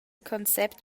concept